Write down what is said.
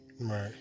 Right